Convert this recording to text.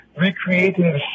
recreating